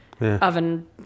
oven